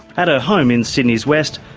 at her home in sydney's west,